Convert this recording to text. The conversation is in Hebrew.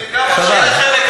חבל.